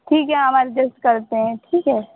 ठीक है हम एड़जेस्ट करते हैं ठीक है